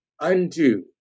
undo